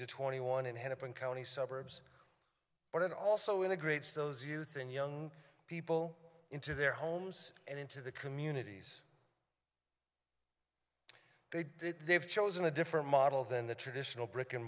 to twenty one in hennepin county suburbs but it also integrates those youth and young people into their homes and into the communities they did they have chosen a different model than the traditional brick and